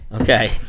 Okay